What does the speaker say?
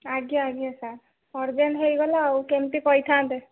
ଆଜ୍ଞା ଆଜ୍ଞା sir urgent ହେଇଗଲା ଆଉ କେମିତି କହିଥାନ୍ତେ